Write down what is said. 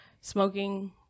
Smoking